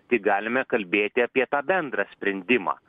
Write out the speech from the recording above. tik galime kalbėti apie tą bendrą sprendimą